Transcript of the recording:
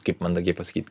kaip mandagiai pasakyt